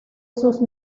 sus